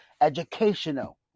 educational